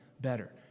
better